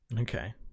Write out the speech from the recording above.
Okay